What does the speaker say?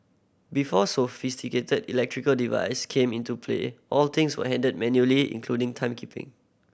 before sophisticated electrical device came into play all things were handled manually including timekeeping